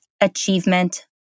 Achievement